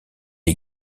est